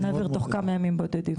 נעביר תוך כמה ימים בודדים.